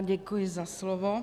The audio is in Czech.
Děkuji za slovo.